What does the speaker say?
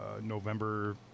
November